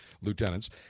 lieutenants